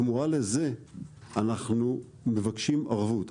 בתמורה לזה אנחנו מבקשים ערבות.